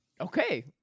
Okay